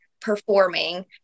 performing